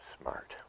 smart